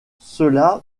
cela